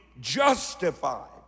justified